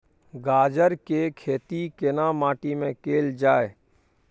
गाजर के खेती केना माटी में कैल जाए?